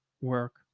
work